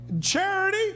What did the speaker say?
charity